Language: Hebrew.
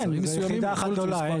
זו יחידה אחת גדולה.